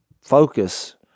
focus